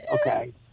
Okay